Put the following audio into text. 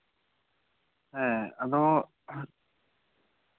ᱦᱮᱸ ᱟᱫᱚ